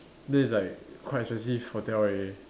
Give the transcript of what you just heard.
then it's like quite expensive hotel already